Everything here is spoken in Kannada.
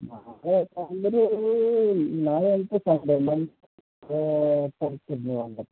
ನಾಳೆ ಅಂದರೆ ನಾಳೆ ಅಂತೂ ಸಂಡೇ